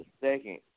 second